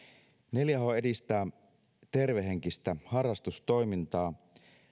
neljä h edistää tervehenkistä harrastustoimintaa